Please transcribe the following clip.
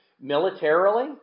militarily